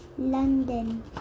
London